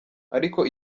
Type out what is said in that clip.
ariko